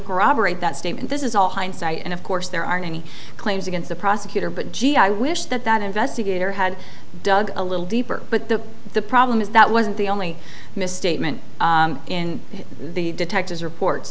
corroborate that statement this is all hindsight and of course there aren't any claims against the prosecutor but gee i wish that that investigator had dug a little deeper but the the problem is that wasn't the only misstatement in the detective's reports